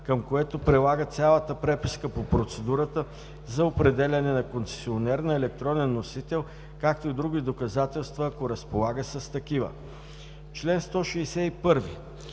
към което прилага цялата преписка по процедурата за определяне на концесионер на електронен носител, както и други доказателства, ако разполага с такива.“